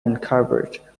uncovered